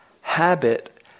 habit